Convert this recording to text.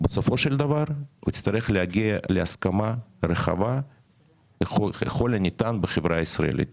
בסופו של דבר יצטרך להגיע להסכמה רחבה ככל הניתן בחברה הישראלית